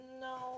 no